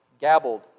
gabbled